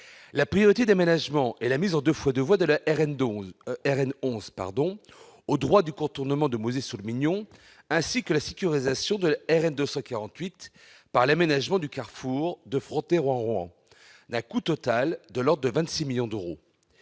La priorité d'aménagement est la mise en deux fois deux voies de la RN 11 au droit du contournement de Mauzé-sur-le-Mignon, ainsi que la sécurisation de la RN 248 par l'aménagement du carrefour de Frontenay-Rohan-Rohan, d'un coût total de l'ordre de 26 millions d'euros.